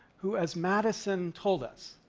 who, as madison told us,